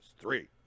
three